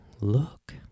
Look